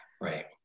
Right